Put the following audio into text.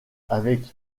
avec